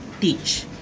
teach